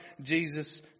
Jesus